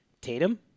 Tatum